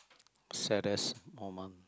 saddest moment